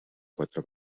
quatre